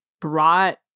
brought